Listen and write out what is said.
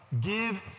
Give